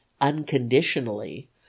unconditionally